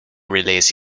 release